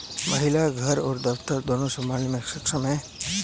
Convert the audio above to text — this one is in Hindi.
महिला घर और दफ्तर दोनो संभालने में सक्षम हैं